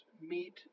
meet